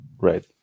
Right